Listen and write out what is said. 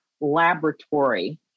laboratory